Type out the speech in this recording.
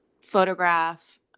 photograph